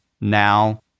Now